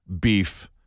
beef